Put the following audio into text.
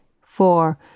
four